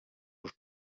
los